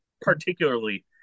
particularly